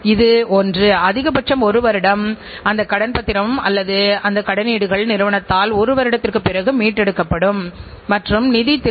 சுழற்சியின் நேரத்தைக் குறைப்பதன் மூலம் நல்ல தரமான தயாரிப்புகளை குறைந்தபட்ச நேரத்திற்குள் உற்பத்தி முடியும்